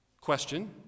Question